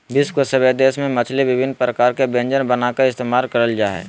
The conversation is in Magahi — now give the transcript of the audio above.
विश्व के सभे देश में मछली विभिन्न प्रकार के व्यंजन बनाकर इस्तेमाल करल जा हइ